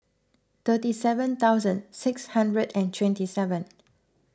three seventy thousand six hundred and twenty seven